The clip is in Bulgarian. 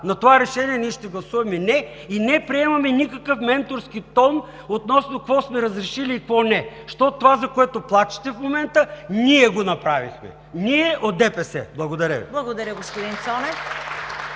за това решение ние ще гласуваме „не“ и не приемаме никакъв менторски тон относно какво сме разрешили и какво не, защото това, за което плачете в момента, ние го направихме – ние от ДПС! Благодаря Ви. (Ръкопляскания от